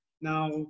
Now